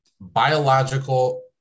biological